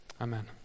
Amen